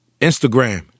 Instagram